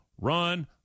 run